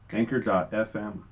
anchor.fm